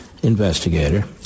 Investigator